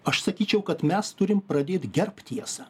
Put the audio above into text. aš sakyčiau kad mes turim pradėt gerbt tiesą